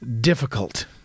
difficult